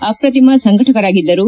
ಅಪ್ರತಿಮ ಸಂಘಟಕರಾಗಿದ್ದರು